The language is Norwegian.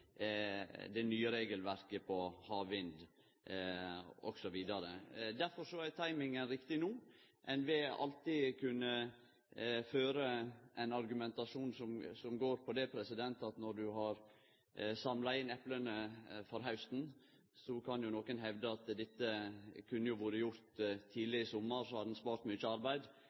det nye regelverket på havvind osv. Derfor er timinga riktig no. Ein vil alltid kunne føre ein argumentasjon som går på at når ein har samla inn epla for hausten, kan nokon hevde at dette jo kunne vore gjort tidleg i sommar, så hadde ein spart mykje arbeid.